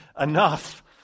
enough